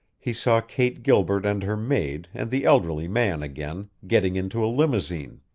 he saw kate gilbert and her maid and the elderly man again, getting into a limousine.